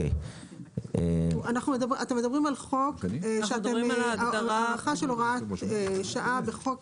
אתם מדברים על הארכה הוראת שעה של חוק